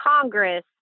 Congress